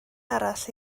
arall